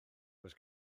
oes